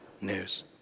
news